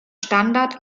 standard